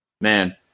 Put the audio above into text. man